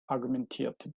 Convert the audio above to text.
argumentierte